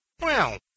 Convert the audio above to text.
Well